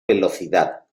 velocidad